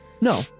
No